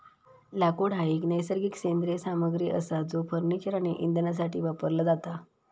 लाकूड हा एक नैसर्गिक सेंद्रिय सामग्री असा जो फर्निचर आणि इंधनासाठी वापरला जाता